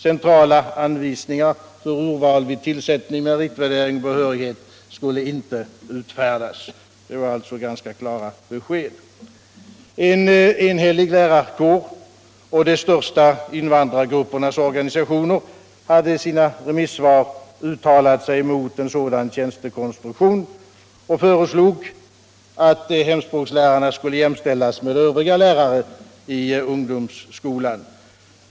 Centrala anvisningar för urval vid tillsättning, meritvärdering och behörighet skulle inte utfärdas. Det var alltså klara besked. En enig lärarkår och de största invandrargruppernas organisationer hade i sina remissvar uttalat sig emot en sådan tjänstekonstruktion och föreslagit att hemspråkslärarna skulle jämställas med övriga lärare i ung domsskolan.